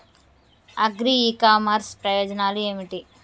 Agri e commerce ప్రయోజనాలు ఏమిటి?